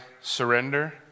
surrender